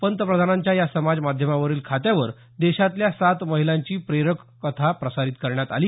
पंतप्रधानांच्या या समाज माध्यमावरील खात्यावर देशातल्या सात महिलांची प्रेरक कथा प्रसारीत करण्यात आली